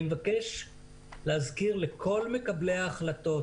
אני מבקש להזכיר לכל מקבלי ההחלטות,